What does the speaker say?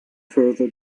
further